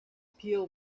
peel